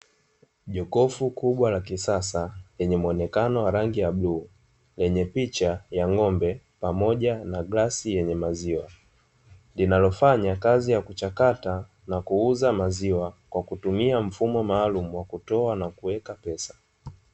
Jokofu kubwa la kisasa, lenye muonekano wa rangi ya bluu, lenye picha ya ng'ombe pamoja na glasi yenye maziwa. Linalofanya kazi ya kuchakata na kuuza maziwa, kwa kutumia mfumo maalumu wa kutoa na kuweka pesa.